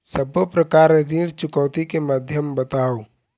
सब्बो प्रकार ऋण चुकौती के माध्यम बताव?